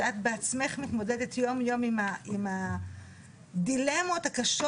שאת בעצמך מתמודדת יום יום עם הדילמות הקשות